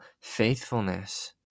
faithfulness